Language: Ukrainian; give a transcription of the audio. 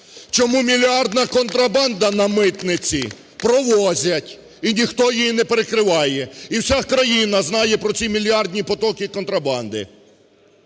Чому мільярдна контрабанда на митниці, провозять, і ніхто її не перекриває, і вся країна знає про ці мільярдні потоки контрабанди.